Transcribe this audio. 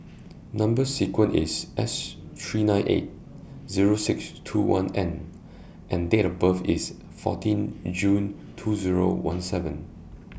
Number sequence IS S three nine eight Zero six two one N and Date of birth IS fourteen June two Zero one seven